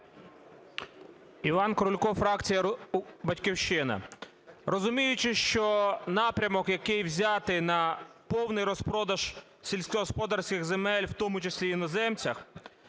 Іван Крулько, фракція "Батьківщина". Розуміючи, що напрямок, який взятий на повний розпродаж сільськогосподарських земель, в тому числі іноземцям,